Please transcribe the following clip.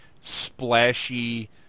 splashy